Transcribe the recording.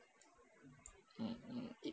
mm mm